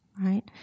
right